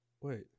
wait